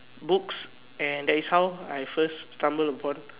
books and that is how I first stumble about